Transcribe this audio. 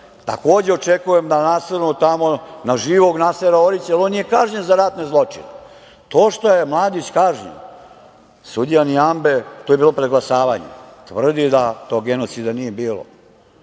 takođe očekujem da nasrnu tamo na živog Nasera Orića, jer on je kažnjen za ratne zločine. To što je Mladić kažnjen, sudija Niambe, to je bilo preglasavanje, tvrdi da tog genocida nije bilo,